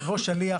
יבוא שליח,